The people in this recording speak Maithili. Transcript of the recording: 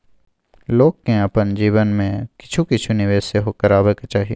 लोककेँ अपन जीवन मे किछु किछु निवेश सेहो करबाक चाही